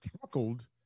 tackled